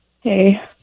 Hey